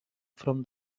from